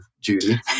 Judy